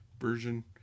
version